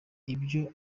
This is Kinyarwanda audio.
ibyo